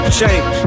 change